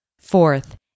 Fourth